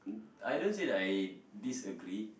I don't say that I disagree